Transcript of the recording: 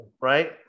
right